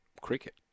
cricket